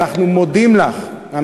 ואנחנו מודים לך.